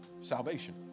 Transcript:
salvation